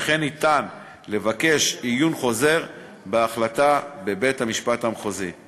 וכן ניתן לבקש עיון חוזר בהחלטה בבית-המשפט המחוזי.